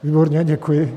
Výborně, děkuji.